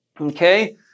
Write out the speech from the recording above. Okay